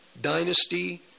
dynasty